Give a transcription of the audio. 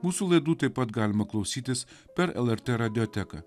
mūsų laidų taip pat galima klausytis per lrt radioteką